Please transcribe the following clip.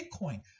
Bitcoin